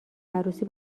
عروسی